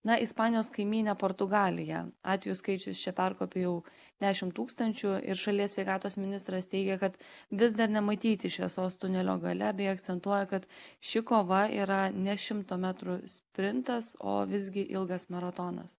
na ispanijos kaimynė portugalija atvejų skaičius čia perkopė jau dešim tūkstančių ir šalies sveikatos ministras teigia kad vis dar nematyti šviesos tunelio gale bei akcentuoja kad ši kova yra ne šimto metrų sprintas o visgi ilgas maratonas